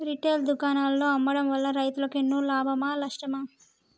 Retail దుకాణాల్లో అమ్మడం వల్ల రైతులకు ఎన్నో లాభమా నష్టమా?